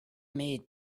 made